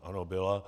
Ano, byla.